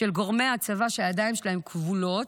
לגורמי הצבא שהידיים שלהם כבולות,